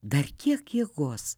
dar kiek jėgos